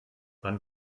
wann